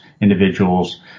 individuals